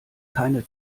keine